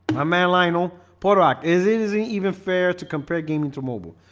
a man, lionel pollock is it isn't even fair to compare gaming to mobile?